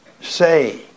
say